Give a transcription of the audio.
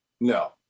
No